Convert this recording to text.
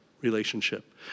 relationship